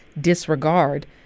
disregard